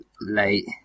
late